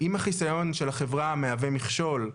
אם החיסיון של החברה מהווה מכשול,